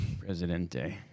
Presidente